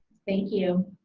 thank you.